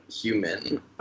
Human